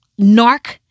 narc